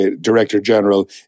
Director-General